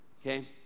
Okay